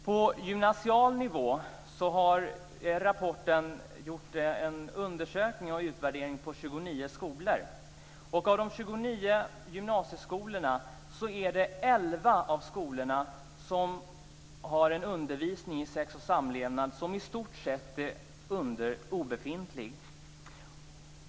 På gymnasial nivå har man i rapporten gjort en undersökning och utvärdering av 29 skolor. 11 av de 29 gymnasieskolorna har en i stort sett obefintlig undervisning i sex och samlevnad.